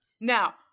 Now